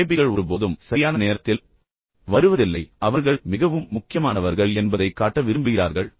எனவே விஐபிகள் ஒருபோதும் சரியான நேரத்தில் வருவதில்லை என்பது உங்களுக்குத் தெரியும் ஆனால் அவர்கள் மிகவும் முக்கியமானவர்கள் என்பதைக் காட்ட விரும்புகிறார்கள்